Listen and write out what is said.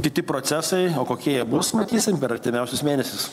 kiti procesai o kokie jie bus matysim per artimiausius mėnesius